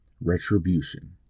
retribution